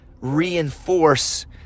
reinforce